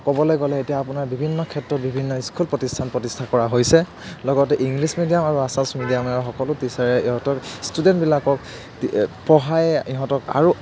ক'বলৈ গ'লে এতিয়া আপোনাৰ বিভিন্ন ক্ষেত্ৰত বিভিন্ন স্কুল প্ৰতিষ্ঠান প্ৰতিষ্ঠা কৰা হৈছে লগতে ইংলিছ মিডিয়াম আৰু আছাছ মিডিয়ামৰ সকলো টিচাৰে ইহঁতৰ ষ্টুডেণ্টবিলাকক পঢ়ায়ে ইহঁতক আৰু